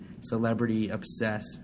celebrity-obsessed